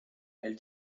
elle